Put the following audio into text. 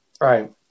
Right